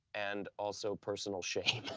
and also, personal shame.